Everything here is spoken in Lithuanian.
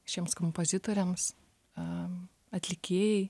šiems kompozitoriams am atlikėjai